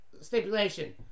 stipulation